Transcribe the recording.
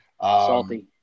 Salty